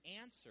answer